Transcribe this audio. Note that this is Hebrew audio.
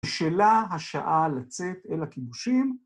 בשלה השעה לצאת אל הכיבושים.